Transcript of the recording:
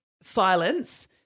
silence